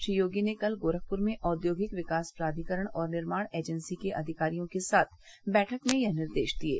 श्री योगी ने कल गोरखपुर में औद्योगिक विकास प्राधिकरण और निर्माण एजेन्सी के अधिकारियों के साथ बैठक में यह निर्देश दिये